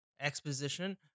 exposition